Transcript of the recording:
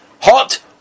Hot